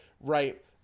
right